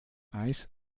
eis